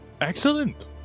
Excellent